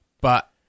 But-